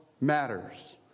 matters